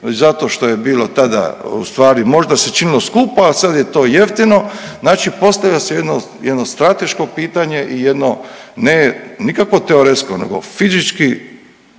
zato što je bilo tada ustvari možda se činilo skupa a sada je to jeftino. Znači postavlja se jedno strateško pitanje i jedno ne nikakvo teoretsko, nego fizičko